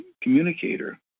communicator